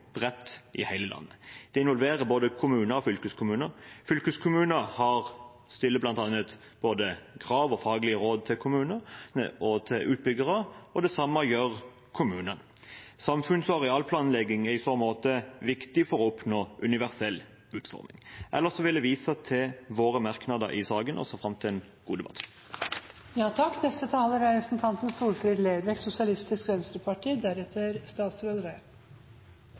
bredt i hele landet. Det involverer både kommuner og fylkeskommuner. Fylkeskommuner stiller bl.a. krav og gir faglige råd til kommuner og til utbyggere. Det samme gjør kommunene. Samfunns- og arealplanlegging er i så måte viktig for å oppnå universell utforming. Ellers vil jeg vise til våre merknader i saken, og jeg ser fram til en god debatt. Eg må seia at til liks med representanten